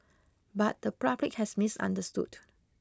but the public has misunderstood